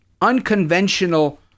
unconventional